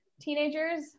teenagers